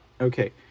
Okay